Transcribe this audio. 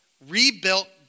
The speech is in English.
rebuilt